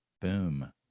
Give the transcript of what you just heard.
Boom